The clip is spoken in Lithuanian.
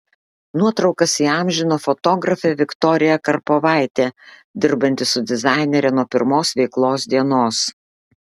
nuotraukas įamžino fotografė viktorija karpovaitė dirbanti su dizainere nuo pirmos veiklos dienos